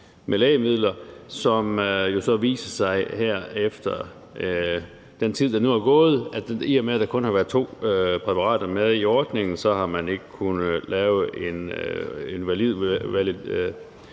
med lægemidler, hvor det viser sig, her efter den tid, der nu er gået, at i og med at der kun har været to præparater med i ordningen, har man ikke kunnet lave en valid